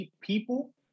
people